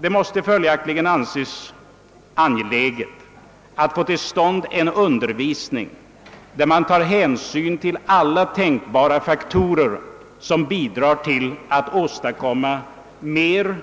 Det måste alltså anses angeläget att få till stånd en undervisning där man tar hänsyn till alla tänkbara faktorer som bidrar till att åstadkomma mer